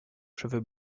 cheveux